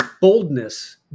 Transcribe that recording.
boldness